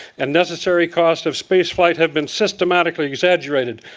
and necessary cost of space flight have been systematically exaggerated.